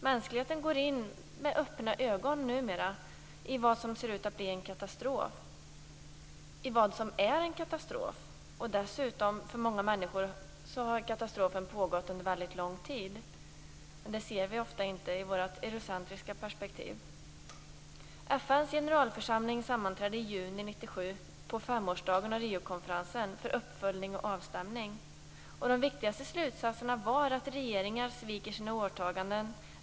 Mänskligheten går in - med öppna ögon numera - i vad som ser ut att bli en katastrof, i vad som är en katastrof. För många människor har katastrofen dessutom pågått under väldigt lång tid. Men det ser vi ofta inte i vårt eurocentriska perspektiv. 1997, på femårsdagen av Riokonferensen, för uppföljning och avstämning. De viktigaste slutsatserna var att regeringar sviker sina åtaganden.